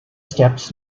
steps